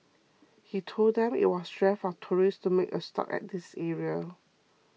he told them it was rare for tourists to make a stop at this area